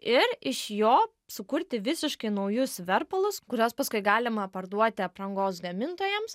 ir iš jo sukurti visiškai naujus verpalus kuriuos paskui galima parduoti aprangos gamintojams